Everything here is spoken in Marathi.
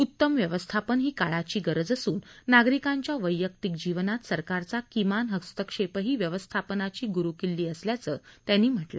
उत्तम व्यवस्थापन ही काळाची गरज असून नागरिकांच्या वैयक्तिक जीवनात सरकारचा किमान हस्तक्षेपही व्यवस्थापनाची गुरुकिल्ली असल्याचंही त्यांनी म्हटलं